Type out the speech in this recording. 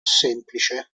semplice